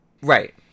right